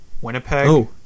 Winnipeg